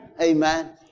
Amen